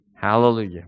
Hallelujah